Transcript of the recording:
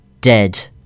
dead